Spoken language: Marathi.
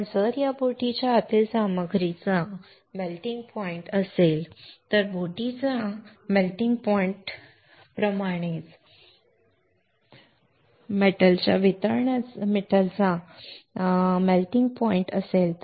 पण जर या बोटीच्या आतील सामग्रीचा मेल्टिंग पॉइंट असेल तर बोटीच्या मेल्टिंग पॉइंट प्रमाणेच धातूचा मेल्टिंग पॉइंट असेल तर